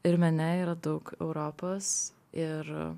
ir mene yra daug europos ir